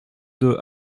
deux